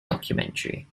documentary